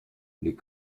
les